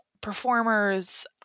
performers